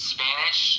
Spanish